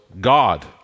God